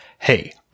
Hey